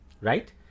right